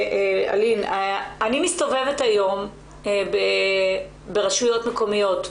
אני מסתובבת ברשויות מקומיות,